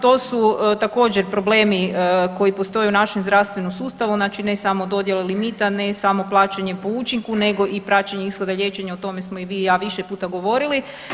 To su također problemi koji postoje u našem zdravstvenom sustavu, znači ne samo dodjela limita, ne samo plaćanje po učinku, nego i praćenje ishoda liječenja, o tome smo i vi i ja više puta govorili.